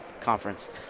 conference